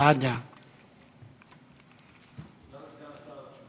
העמדה של האוצר בשנה